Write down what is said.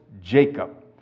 Jacob